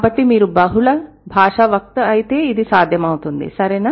కాబట్టిమీరు బహుళ భాషావక్త అయితే ఇది సాధ్యమౌతుందిసరేనా